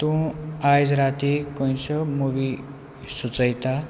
तूं आयज राती खंयच्यो मुवी सुचयता